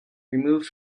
removed